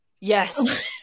yes